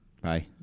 Bye